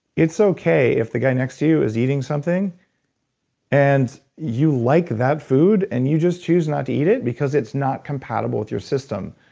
it's okay if the guy next to you is eating something and you like that food and you just choose not to eat it because it's not compatible with your system.